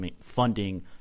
funding